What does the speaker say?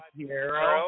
Piero